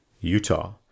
Utah